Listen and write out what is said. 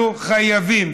אנחנו חייבים.